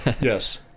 Yes